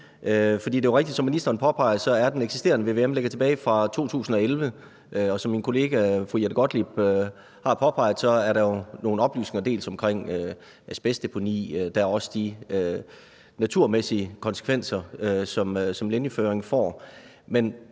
For det er jo rigtigt, som ministeren påpeger, at den eksisterende vvm er tilbage fra 2011. Og som min kollega fru Jette Gottlieb har påpeget, er der jo nogle oplysninger omkring asbestdeponi, og der er også de naturmæssige konsekvenser, som linjeføringen får.